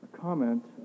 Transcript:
comment